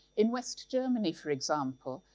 in west germany for example,